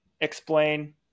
explain